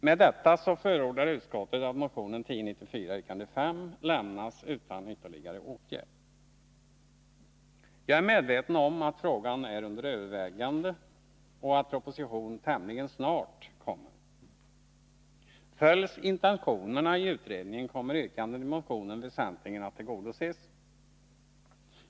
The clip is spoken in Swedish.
Med detta förordar utskottet att motionen 1094 yrkande 5 lämnas utan ytterligare åtgärd. Jag är medveten om att frågan är under övervägande och att proposition tämligen snart kommer. Följs intentionerna i utredningen kommer yrkandet i motionen väsentligen att tillgodoses.